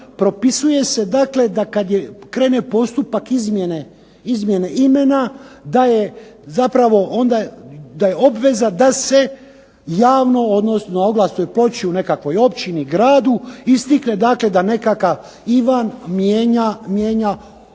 propisuje se dakle da kad krene postupak izmjene imena da je zapravo onda da je obveza da se javno, odnosno na oglasnoj ploči u nekakvoj općini, gradu istakne dakle da nekakav Ivan mijenja ime